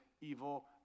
evil